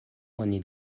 oni